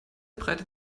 breitet